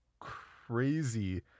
crazy